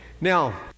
Now